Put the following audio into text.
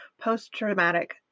post-traumatic